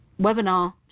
webinar